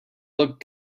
look